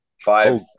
Five